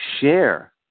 share